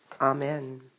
Amen